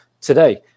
today